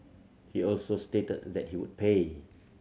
he also stated that he would pay